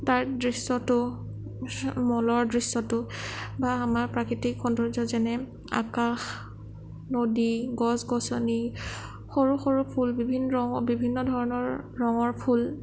তাৰ দৃশ্যটো মলৰ দৃশ্যটো বা আমাৰ প্ৰাকৃতিক সৌন্দৰ্য্য যেনে আকাশ নদী গছ গছনি সৰু সৰু ফুল বিভিন ৰঙ বিভিন্ন ধৰণৰ ৰঙৰ ফুল